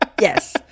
yes